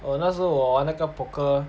orh 那时候我玩那个 poker